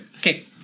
Okay